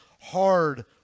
hard